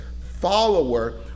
follower